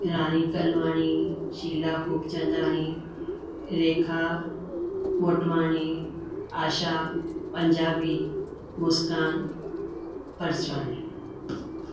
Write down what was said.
Rani Talwani Sheela Khubchandani Rekha Motwani Asha Punjabi Muskan Parchwani